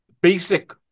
basic